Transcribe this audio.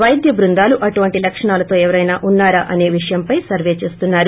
వైద్య బృందాలు అటువంటి లక్షణాలతో ఎవరైనా ఉన్సారా అనే విషయంపై సర్వ్ చేస్తున్నారు